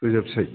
सुखुजोबसै